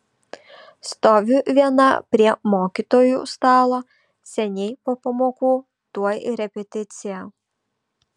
stoviu viena prie mokytojų stalo seniai po pamokų tuoj repeticija